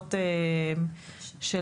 הכנסות של